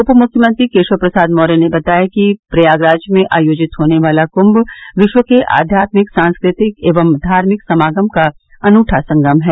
उपमुख्यमंत्री केशव प्रसाद मौर्य ने बताया कि प्रयागराज में आयोजित होने वाला कुम्म विश्व के आध्यात्मिक सांस्कृतिक एवं धार्मिक समागम का अनूठा संगम है